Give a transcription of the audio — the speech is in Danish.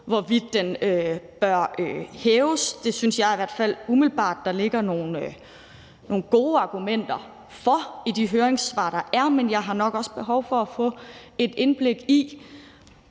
hvorvidt den bør hæves. Det synes jeg i hvert fald umiddelbart der ligger nogle gode argumenter for ud fra de høringssvar, der er. Men jeg har nok også behov for at få et indblik i,